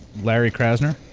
larry krasner?